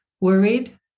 worried